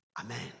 Amen